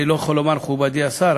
אני לא יכול לומר "מכובדי השר",